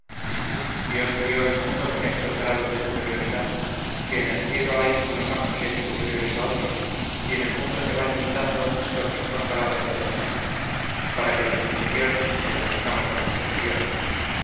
dios crió el mundo con estos grados de superioridad que en el cielo hay unos angeles superiores a otros y en el mundo se van imitando estas mismos grados de personas para que los inferiores obedezcamos a los superiores